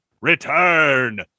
Return